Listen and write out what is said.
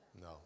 No